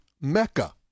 Mecca